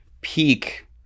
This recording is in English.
peak